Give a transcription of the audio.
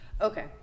Okay